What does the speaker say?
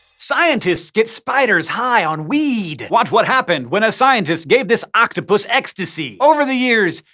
scientists get spiders high on weed! watch what happened when a scientist gave this octopus ecstasy! over the years,